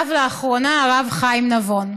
כתב לאחרונה הרב חיים נבון,